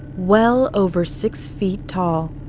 well over six feet tall.